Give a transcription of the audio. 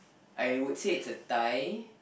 I would say it's a tie